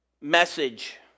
message